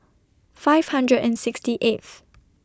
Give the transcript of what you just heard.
five hundred and sixty eighth